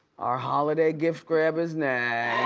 our holiday gift grab is next.